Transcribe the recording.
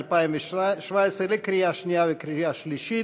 התשע"ז 2017, בקריאה שנייה וקריאה שלישית.